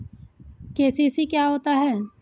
KCC क्या होता है?